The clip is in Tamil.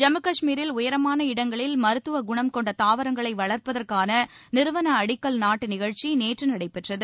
ஜம்மு காஷ்மீரில் உயரமான இடங்களில் மருத்துவகுணம் கொண்ட தாவரங்களை வளர்ப்பதற்கான நிறுவன அடிக்கல் நாட்டு நிகழ்ச்சி நேற்று நடைபெற்றது